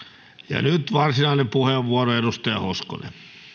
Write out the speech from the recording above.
ja nyt varsinainen puheenvuoro edustaja hoskonen